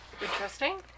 Interesting